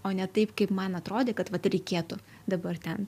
o ne taip kaip man atrodė kad vat reikėtų dabar ten